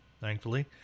Thankfully